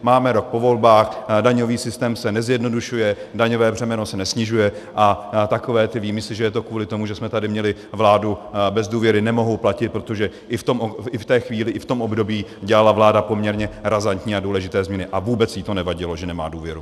Máme rok po volbách, daňový systém se nezjednodušuje, daňové břemeno se nesnižuje a takové ty výmysly, že je to kvůli tomu, že jsme tady měli vládu bez důvěry, nemohou platit, protože i v té chvíli, i v tom období dělala vláda poměrně razantní a důležité změny a vůbec jí to nevadilo, že nemá důvěru!